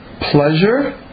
pleasure